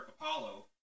Apollo